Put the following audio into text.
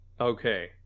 Okay